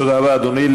תודה רבה, אדוני.